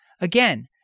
Again